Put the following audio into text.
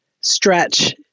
stretch